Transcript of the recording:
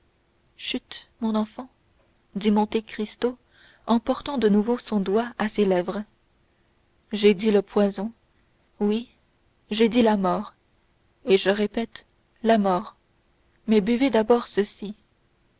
chut mon enfant dit monte cristo en portant de nouveau son doigt à ses lèvres j'ai dit le poison oui j'ai dit la mort et je répète la mort mais buvez d'abord ceci